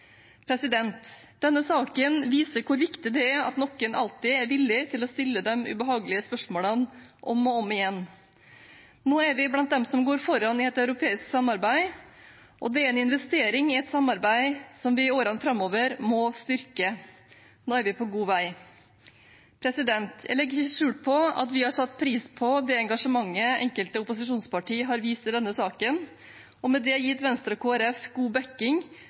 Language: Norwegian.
Denne saken viser hvor viktig det er at noen alltid er villig til å stille de ubehagelige spørsmålene om og om igjen. Nå er vi blant dem som går foran i et europeisk samarbeid, og det er en investering i et samarbeid som vi i årene framover må styrke. Nå er vi på god vei. Jeg legger ikke skjul på at vi har satt pris på det engasjementet enkelte opposisjonsparti har vist i denne saken, og med det gitt Venstre og Kristelig Folkeparti god backing